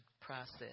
process